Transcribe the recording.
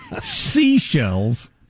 Seashells